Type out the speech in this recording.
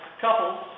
couples